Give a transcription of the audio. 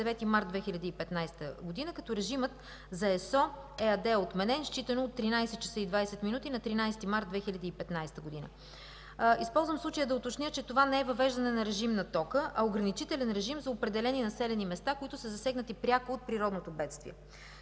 9 март 2015 г., като режимът за ЕСО ЕАД е отменен, считано от 13,20 ч. на 13 март 2015 г. Използвам случая да уточня, че това не е въвеждане на режим на тока, а ограничителен режим за определени населени места, засегнати пряко от природното бедствие.